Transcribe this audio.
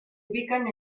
ubican